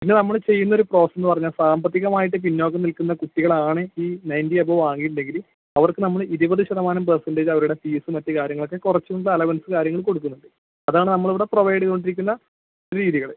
പിന്നെ നമ്മൾ ചെയ്യുന്നൊരു എന്ന് പറഞ്ഞാൽ സാമ്പത്തികമായിട്ട് പിന്നോക്കം നിൽക്കുന്ന കുട്ടികളാണ് ഈ നൈൻറ്റി എബോവ് വാങ്ങി എന്നുണ്ടെങ്കിൽ അവർക്ക് നമ്മൾ ഇരുപത് ശതമാനം പെർസെൻറ്റേജ് അവരുടെ ഫീസ് മറ്റ് കാര്യങ്ങളൊക്കെ കുറച്ചുകൊണ്ട് അലവൻസ് കാര്യങ്ങൾ കൊടുക്കുന്നുണ്ട് അതാണ് നമ്മളിവിടെ പ്രൊവൈഡ് ചെയ്തുകൊണ്ടിരിക്കുന്ന രീതികൾ